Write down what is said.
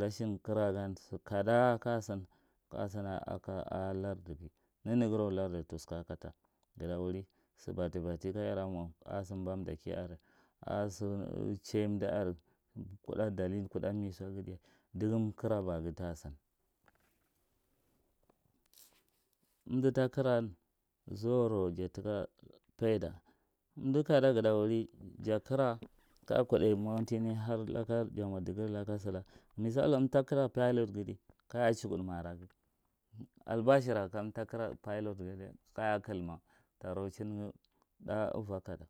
rashin kira gan sikada a kadighi neneghirou lardi tushka kata ghata wuri sibatti, batti kadaramo a sibananda ki are a sichiy umda are kudda dalil kudda misoughi diya dugum kira baghi tasina umdi ta kira zurou jati ka faida, umdu kada ghita wuri jakira kaja kudai mowanti ne har lakaja kuba dighirine, laka. Silaka misalla umdata kira pilot ghi dai kaje chukud maka raghi albashera kaga kilma tarachin agha tha uva kada.